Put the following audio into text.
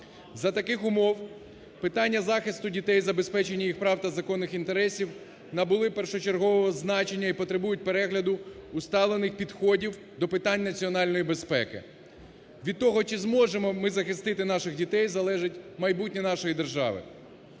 За таких умов питання захисту дітей, забезпечення їх прав та законних інтересів набули першочергового значення і потребують перегляду усталених підходів до питань національної безпеки. Від того чи зможемо ми захистити наших дітей залежить майбутнє нашої держави.